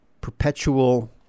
perpetual